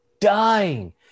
dying